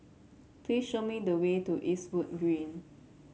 please show me the way to Eastwood Green